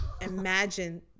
imagine